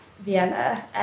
vienna